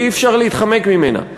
ואי-אפשר להתחמק ממנה.